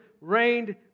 reigned